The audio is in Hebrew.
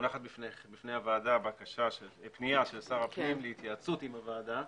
מונחת בפני הוועדה פנייה של שר הפנים להתייעצות עם הוועדה